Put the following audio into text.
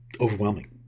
overwhelming